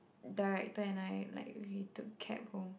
director and I like need to cab home